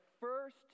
first